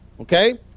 Okay